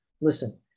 listen